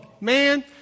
man